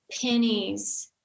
pennies